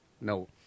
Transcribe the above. No